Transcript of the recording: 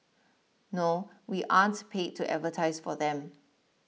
no we aren't paid to advertise for them